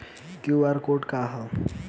QR code का ह?